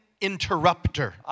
interrupter